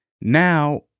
Now